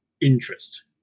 interest